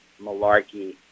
Malarkey